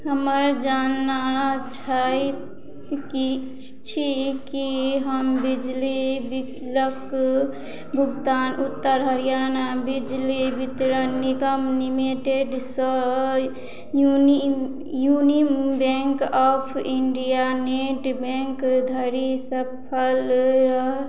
हमर जानना छै कि छी कि हम बिजली बिलके भुगतान उत्तर हरियाणा बिजली वितरण निगम लिमिटेडसे यूनियन यूनिम बैँक ऑफ इण्डिया नेट बैँकधरि सफल रहल